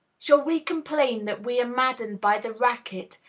shall we complain that we are maddened by the racket,